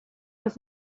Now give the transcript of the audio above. was